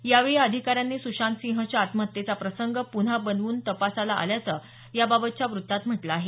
यावेळी या अधिकार्यांनी सुशांतसिंहच्या आत्महत्येचा प्रसंग पुन्हा बनवून तपासला असल्याचं याबाबतच्या वृत्तात म्हटलं आहे